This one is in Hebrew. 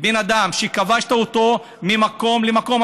בן אדם שכבשת ממקום למקום,